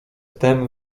tem